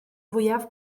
fwyaf